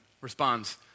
responds